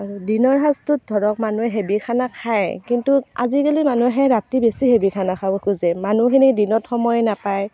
আৰু দিনৰ সাঁজটোত ধৰক মানুহে হেভী খানা খায় কিন্তু আজিকালি মানুহে ৰাতি বেছি হেভী খানা খাব খোজে মানুহখিনি দিনত সময় নাপায়